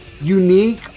unique